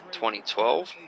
2012